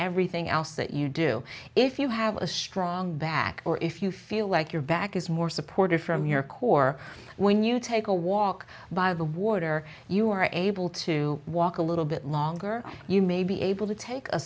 everything else that you do if you have a strong back or if you feel like your back is more supported from your core when you take a walk by the water you are able to walk a little bit longer you may be able to take a